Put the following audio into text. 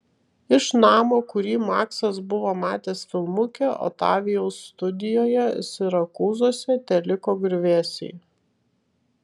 iš namo kurį maksas buvo matęs filmuke otavijaus studijoje sirakūzuose teliko griuvėsiai